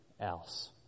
else